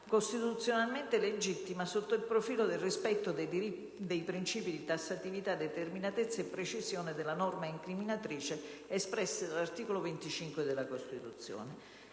costituzionalmente legittima sotto il profilo del rispetto dei princìpi di tassatività, determinatezza e precisione della norma incriminatrice, espressi dall'articolo 25 della Costituzione.